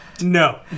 No